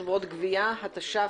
(חברות גבייה), התש"ף-2020.